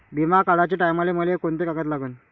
बिमा काढाचे टायमाले मले कोंते कागद लागन?